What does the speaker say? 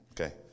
Okay